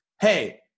hey